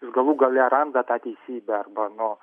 galų gale randa tą teisybę arba nu